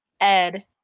Ed